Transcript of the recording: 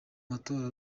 matora